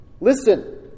listen